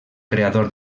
creador